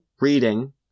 reading